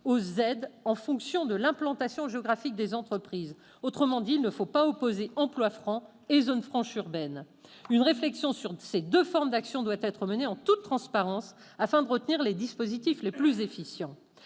aux aides en fonction de l'implantation géographique des entreprises. Autrement dit, il ne faut pas opposer emplois francs et zones franches urbaines. Une réflexion sur ces deux formes d'actions doit être menée en toute transparence, afin de retenir les dispositifs les plus efficients.